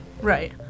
Right